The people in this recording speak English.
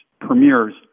premieres